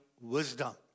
wisdom